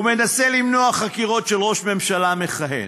הוא מנסה למנוע חקירות של ראש ממשלה מכהן.